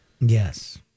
Yes